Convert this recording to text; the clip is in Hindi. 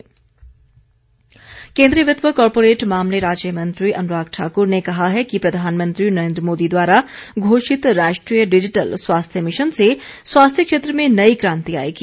अनुराग ठाकुर केन्द्रीय वित्त व कॉरपोरेट मामले राज्य मंत्री अनुराग ठाकूर ने कहा है कि प्रधानमंत्री नरेन्द्र मोदी द्वारा घोषित राष्ट्रीय डिजिटल स्वास्थ्य मिशन से स्वास्थ्य क्षेत्र में नई क्रांति आएगी